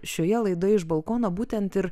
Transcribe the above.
šioje laidoje iš balkono būtent ir